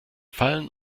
fallen